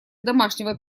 домашнего